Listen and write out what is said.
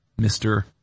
Mr